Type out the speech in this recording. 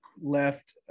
left